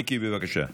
מיקי, בבקשה.